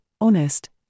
honest